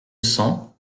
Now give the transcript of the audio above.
cents